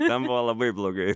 ten buvo labai blogai